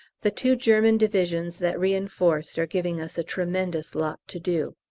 the two german divisions that reinforced are giving us a tremendous lot to do.